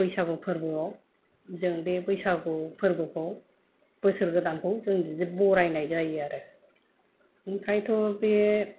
बैसागु फोरबोआव जों बे बैसागु फोरबोखौ बोसोर गोदानखौ जों बिदि बरायनाय जायो आरो ओमफ्रायथ' बे